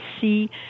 see